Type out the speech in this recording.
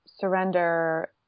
surrender